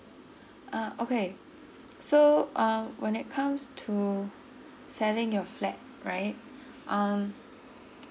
uh okay so um when it comes to selling your flat right um